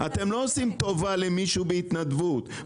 אתם לא עושים טובה למישהו בהתנדבות.